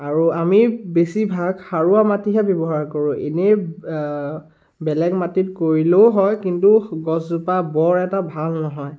আৰু আমি বেছিভাগ সাৰুৱা মাটিহে ব্যৱহাৰ কৰোঁ এনেই বেলেগ মাটিত কৰিলেও হয় কিন্তু গছজোপা বৰ এটা ভাল নহয়